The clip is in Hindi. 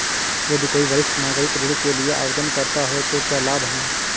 यदि कोई वरिष्ठ नागरिक ऋण के लिए आवेदन करता है तो क्या लाभ हैं?